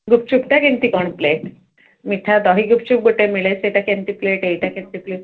ଗୁପଚୁପ୍ଟା କେମିତି କ'ଣ ପ୍ଲେଟ୍ ମିଠା ଦହି ଗୁପଚୁପ୍ ଗୋଟେ ମିଳେ ସେଇଟା କେମିତି ପ୍ଲେଟ୍ ଏଇଟା କେମିତି ପ୍ଲେଟ୍